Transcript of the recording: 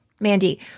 Mandy